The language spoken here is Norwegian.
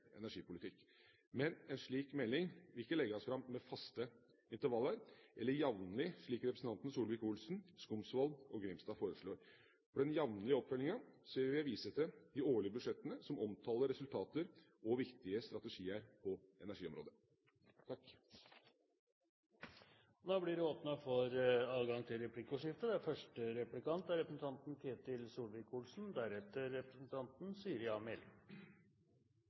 energipolitikk. Men en slik melding vil ikke bli lagt fram med faste intervaller, eller «jevnlig», slik representantene Solvik-Olsen, Skumsvoll og Grimstad foreslår. Når det gjelder den jevnlige oppfølgingen, vil jeg vise til de årlige budsjettene, som omtaler resultater og viktige strategier på energiområdet. Det blir åpnet for replikkordskifte. Regjeringspartiene og energiministeren legger opp til